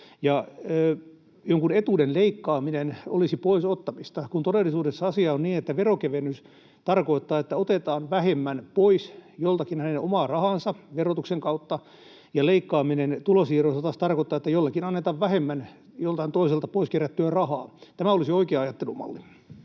jonkun etuuden leikkaaminen olisi pois ottamista, kun todellisuudessa asia on niin, että veronkevennys tarkoittaa, että otetaan joltakin vähemmän pois hänen omaa rahaansa verotuksen kautta, ja leikkaaminen tulonsiirroissa taas tarkoittaa, että jollekin annetaan vähemmän joltain toiselta pois kerättyä rahaa. Tämä olisi oikea ajattelumalli.